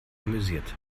amüsiert